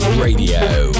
Radio